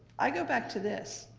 i go back to this.